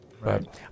Right